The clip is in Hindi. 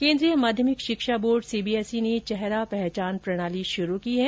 केन्द्रीय माध्यमिक शिक्षा बोर्ड सीबीएसई ने चेहरा पहचान प्रणाली शुरू की है